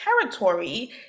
territory